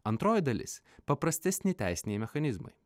antroji dalis paprastesni teisiniai mechanizmai